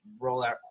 rollout